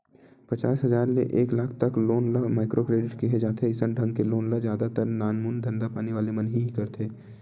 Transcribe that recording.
पचास हजार ले एक लाख तक लोन ल माइक्रो क्रेडिट केहे जाथे अइसन ढंग के लोन ल जादा तर नानमून धंधापानी वाले मन ह ही लेथे